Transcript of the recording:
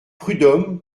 prud’homme